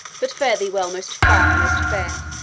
but fare thee well, most foul, most fair!